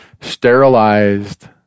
sterilized